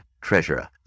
treasurer